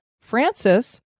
Francis